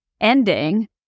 ending